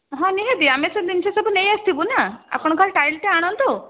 ହଁ ନିହାତି ଆମେ ସେ ଜିନିଷ ସବୁ ନେଇ ଆସିବୁ ନା ଆପଣ ଖାଲି ଟାଇଲ୍ଟା ଆଣନ୍ତୁ